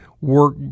work